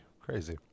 Crazy